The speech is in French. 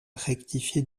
rectifié